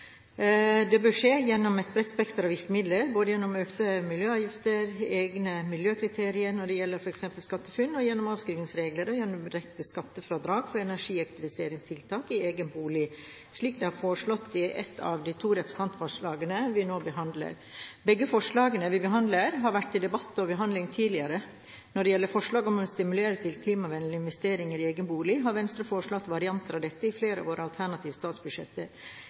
Det bør skje gjennom et bredt spekter av virkemidler, både gjennom økte miljøavgifter, egne miljøkriterier når det gjelder f.eks. SkatteFUNN, gjennom avskrivningsreglene og gjennom direkte skattefradrag for energieffektiviseringstiltak i egen bolig – slik det er foreslått i et av de to representantforslagene vi nå behandler. Begge forslagene vi behandler, har vært til debatt og behandling tidligere. Når det gjelder forslaget om å stimulere til klimavennlige investeringer i egen bolig, har Venstre foreslått varianter av dette i flere av våre alternative statsbudsjetter.